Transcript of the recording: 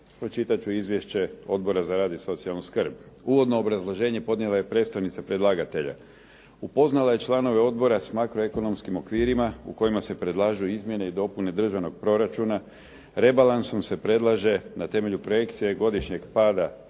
Pročitat ću izvješće Odbora za rad i socijalnu skrb. Uvodno obrazloženje podnijela je predstavnica predlagatelja. Upoznala je članove odbora sa makroekonomskim okvirima u kojima se predlažu izmjene i dopune državnog proračuna. Rebalansom se predlaže na temelju projekcije i godišnjeg pada